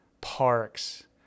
parks